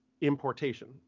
importation